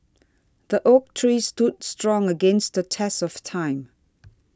the oak tree stood strong against the test of time